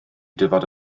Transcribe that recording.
dyfod